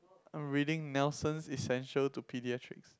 I'm reading Nelson's essentials to pediatrics